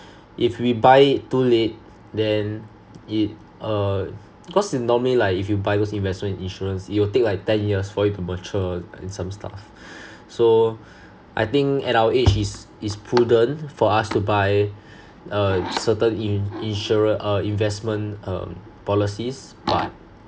if we buy it too late then it uh because in normally if you buy those investment insurance it will take like ten years for it to mature and some stuffs so I think at our age is prudent for us to buy uh certain in~ insurance uh investment um policies but